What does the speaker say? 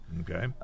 Okay